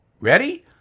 ready